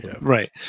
Right